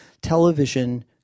television